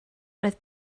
roedd